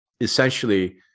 Essentially